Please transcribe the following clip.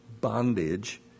bondage